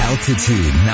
Altitude